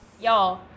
Y'all